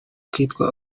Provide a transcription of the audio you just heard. akitwa